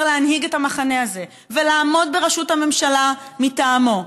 להנהיג את המחנה הזה ולעמוד בראשות הממשלה מטעמו,